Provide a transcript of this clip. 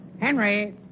Henry